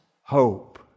hope